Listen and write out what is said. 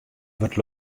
wurdt